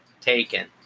taken